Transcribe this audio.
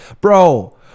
bro